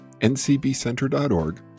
ncbcenter.org